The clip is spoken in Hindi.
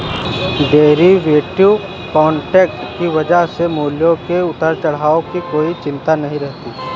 डेरीवेटिव कॉन्ट्रैक्ट की वजह से मूल्यों के उतार चढ़ाव की कोई चिंता नहीं रहती है